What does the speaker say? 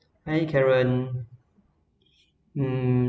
hi karen mm